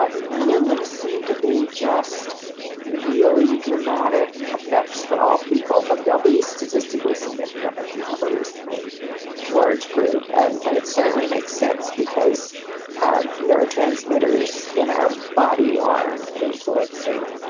but none of them seem to be just really dramatic effects for all people, but they'll be statistically significant if you have a reasonably large group, and and it certainly makes sense because our neurotransmitters in our body are influencing,